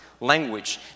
language